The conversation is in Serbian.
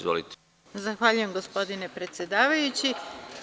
Zahvaljujem gospodine predsedavajući.